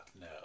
No